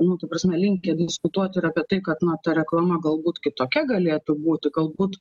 nu ta prasme linkę diskutuot ir apie tai kad na ta reklama galbūt kitokia galėtų būti galbūt